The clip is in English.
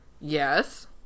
Yes